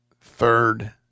third